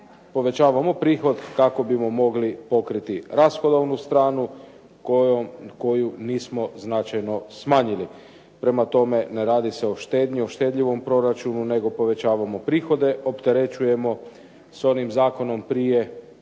povećavamo prihod kako bismo mogli pokriti rashodovnu stranu koju nismo značajno smanjili. Prema tome, ne radi se o štednji, o štedljivom proračunu, nego povećavamo prihode, opterećujemo s onim zakonom prije